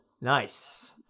Nice